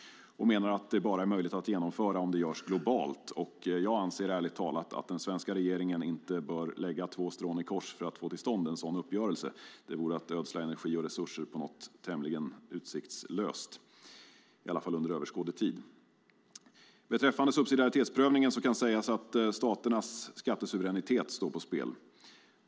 Vi menar att det bara är möjligt att genomföra om det görs globalt. Jag menar, ärligt talat, att den svenska regeringen inte bör lägga två strån i kors för att få till stånd en sådan uppgörelse. Det vore att ödsla energi och resurser på någonting tämligen utsiktslöst, i varje fall under överskådlig tid. Beträffande subsidiaritetsprövningen kan det sägas att staternas skattesuveränitet står på spel.